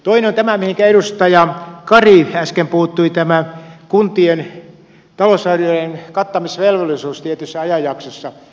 toinen on tämä mihinkä edustaja kari äsken puuttui tämä kuntien talousarvioiden kattamisvelvollisuus tietyssä ajanjaksossa